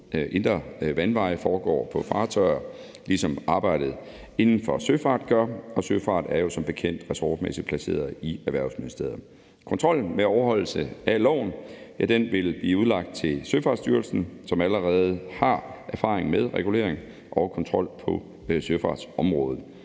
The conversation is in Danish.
indre vandveje foregår på fartøjer, ligesom arbejdet inden for søfart gør, og søfart er jo som bekendt ressortmæssigt placeret i Erhvervsministeriet. Kontrollen med overholdelse af loven vil blive udlagt til Søfartsstyrelsen, som allerede har erfaring med regulering og kontrol på søfartsområdet.